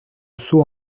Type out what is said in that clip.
saut